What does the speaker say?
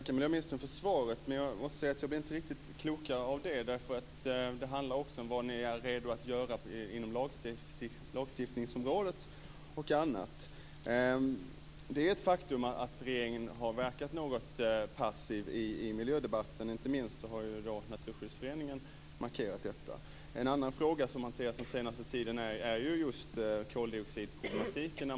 Fru talman! Jag tackar miljöministern för svaret, men jag blev inte mycket klokare av det. Det handlar ju bl.a. också om vad ni är redo att göra inom lagstiftningsområdet. Det är ett faktum att regeringen har verkat något passiv i miljödebatten. Inte minst har Naturskyddsföreningen markerat detta. En fråga som aktualiserats på den senaste tiden är koldioxidproblematiken.